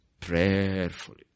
Prayerfully